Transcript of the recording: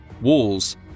walls